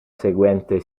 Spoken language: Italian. seguente